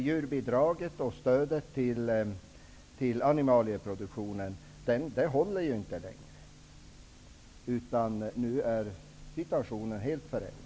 Djurbidraget och stödet till animalieproduktionen håller inte längre. Nu är situationen helt förändrad.